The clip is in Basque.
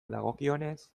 dagokionez